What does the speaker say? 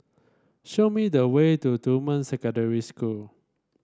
show me the way to Dunman Secondary School